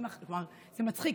זה מצחיק